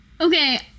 Okay